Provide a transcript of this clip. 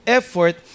effort